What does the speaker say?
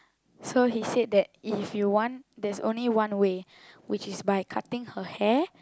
so he said that if you want there's only one way which is by cutting her hair